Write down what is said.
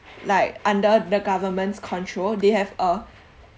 like under the government's control they have a